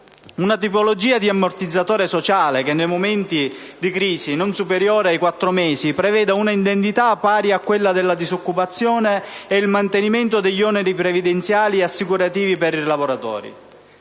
una tipologia di ammortizzatore sociale che nei momenti di crisi non superiori ai quattro mesi preveda una indennità pari a quella della disoccupazione e il mantenimento degli oneri previdenziali e assicurativi per i lavoratori.